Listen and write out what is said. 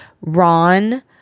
ron